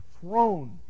throne